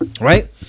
Right